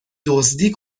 دزدی